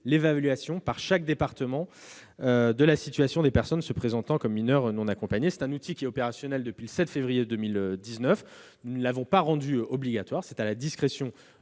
l'évaluation, par chaque département, de la situation des personnes se présentant comme mineurs non accompagnés. Cet outil est opérationnel depuis le 7 février 2019. Nous ne l'avons pas rendu obligatoire, mais,